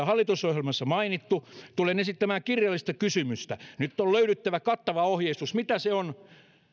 hallitusohjelmassa mainittu tulen esittämään kirjallista kysymystä nyt on löydyttävä kattava ohjeistus mitä se on